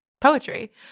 poetry